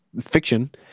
fiction